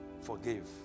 Forgive